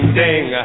ding